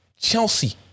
Chelsea